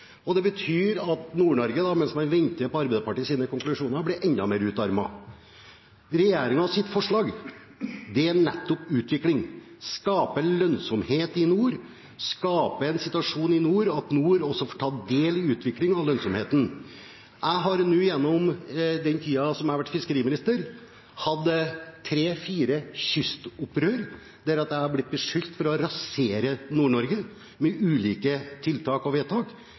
Det betyr at Nord-Norge, mens man venter på Arbeiderpartiets konklusjoner, blir enda mer utarmet. Regjeringens forslag er nettopp utvikling, å skape lønnsomhet i nord – det å skape den situasjonen i nord at også nord får ta del i utviklingen av lønnsomheten. Jeg har nå gjennom den tiden som jeg har vært fiskeriminister, hatt tre–fire kystopprør der jeg har blitt beskyldt for å rasere Nord-Norge med ulike tiltak og vedtak.